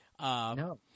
No